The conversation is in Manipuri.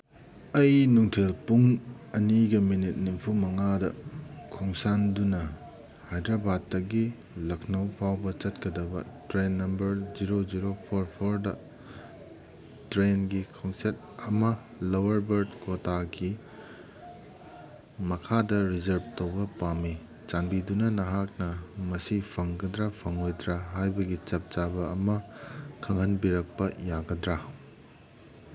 ꯑꯩ ꯅꯨꯡꯊꯤꯜ ꯄꯨꯡ ꯑꯅꯤꯒ ꯃꯤꯅꯤꯠ ꯅꯤꯐꯨꯃꯉꯥꯗ ꯈꯣꯡꯁꯥꯟꯗꯨꯅ ꯍꯥꯏꯗ꯭ꯔꯕꯥꯠꯇꯒꯤ ꯂꯛꯅꯧ ꯐꯥꯎꯕ ꯆꯠꯀꯗꯕ train number zero zero four ꯐꯣꯔꯗ ꯇ꯭ꯔꯦꯟꯒꯤ ꯈꯣꯡꯆꯠ ꯑꯃ ꯂꯋꯔꯕꯔꯠ ꯀꯣꯇꯥꯒꯤ ꯃꯈꯥꯗ ꯔꯤꯖꯞ ꯇꯧꯕ ꯄꯥꯝꯃꯤ ꯆꯥꯟꯕꯤꯗꯨꯅ ꯅꯍꯥꯛꯅ ꯃꯁꯤ ꯐꯪꯒꯗ꯭ꯔꯥ ꯐꯪꯉꯣꯏꯗ꯭ꯔꯥ ꯍꯥꯏꯕꯒꯤ ꯆꯞ ꯆꯥꯕ ꯑꯃ ꯈꯪꯍꯟꯕꯤꯔꯛꯄ ꯌꯥꯒꯗ꯭ꯔꯥ